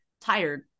tired